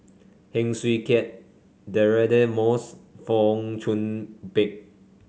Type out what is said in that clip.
Heng Swee Keat Deirdre Moss Fong Chong Pik